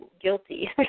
Guilty